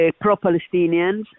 pro-Palestinians